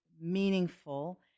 meaningful